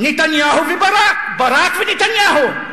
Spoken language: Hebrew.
נתניהו וברק, ברק ונתניהו.